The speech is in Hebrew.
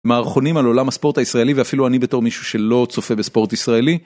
מערכונים על עולם הספורט הישראלי, ואפילו אני, בתור מישהו שלא צופה בספורט ישראלי.